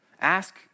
Ask